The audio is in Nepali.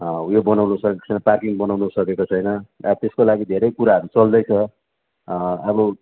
उयो बनाउनु सकेको छैन पार्किङ बनाउनु सकेको छैन अब त्यसको लागि धेरै कुराहरू चल्दैछ अब